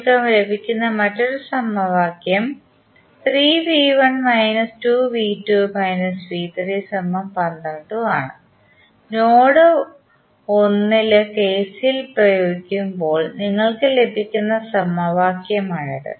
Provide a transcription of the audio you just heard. നിങ്ങൾക്ക് ലഭിക്കുന്ന മറ്റൊരു സമവാക്യം ആണ് നോഡ് 1 ൽ KCL പ്രയോഗിക്കുമ്പോൾ നിങ്ങൾക്ക് ലഭിക്കുന്ന സമവാക്യമാണിത്